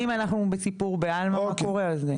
אם אנחנו בסיפור בעלמא מה קורה אז כן.